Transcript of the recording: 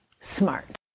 smart